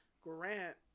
Grant